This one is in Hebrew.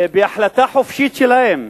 בהחלטה חופשית שלהם,